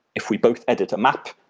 if we both edit a map,